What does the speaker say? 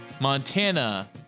Montana